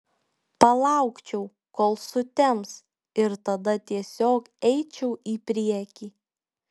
palaukčiau kol sutems ir tada tiesiog eičiau į priekį